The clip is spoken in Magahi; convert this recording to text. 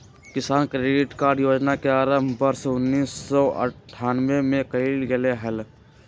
किसान क्रेडिट कार्ड योजना के आरंभ वर्ष उन्नीसौ अठ्ठान्नबे में कइल गैले हल